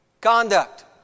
conduct